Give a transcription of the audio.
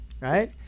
right